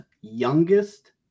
youngest